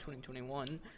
2021